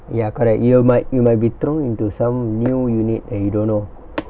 ya correct you might you might be thrown into some new unit and you don't know